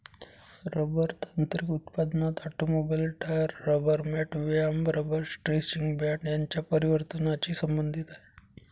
rubber तांत्रिक उत्पादनात automobile, tyre, rubber mat, व्यायाम रबर स्ट्रेचिंग बँड यांच्या परिवर्तनाची संबंधित आहे